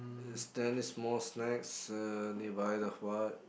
is there any small snacks uh nearby